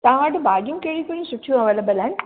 तव्हां वटि भाॼियूं कहिड़ी कहिड़ी सुठियूं अवैलेबल आहिनि